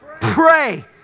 pray